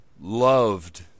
loved